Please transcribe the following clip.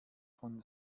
von